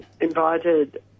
invited